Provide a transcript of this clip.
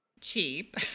cheap